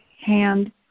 hand